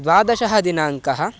द्वादशः दिनाङ्कः